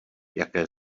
jaké